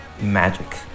magic